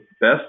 best